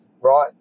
right